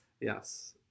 Yes